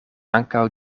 ankaŭ